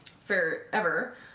forever